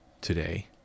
today